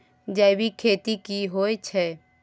जैविक खेती की होए छै?